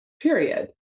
period